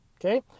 Okay